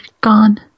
gone